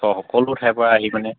অঁ সকলো ঠাইৰপৰা আহি মানে